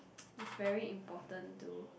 it's very important to